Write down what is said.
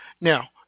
Now